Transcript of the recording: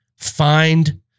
Find